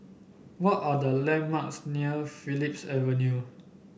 what are the landmarks near Phillips Avenue